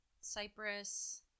Cyprus